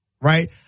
right